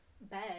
bed